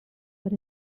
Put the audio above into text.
but